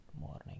morning